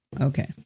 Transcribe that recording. Okay